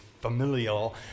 familial